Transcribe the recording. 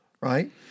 right